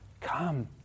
Come